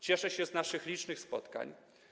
Cieszę się z naszych licznych spotkań.